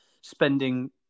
spending